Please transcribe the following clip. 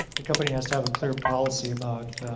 the company has to have a clear policy about